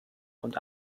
und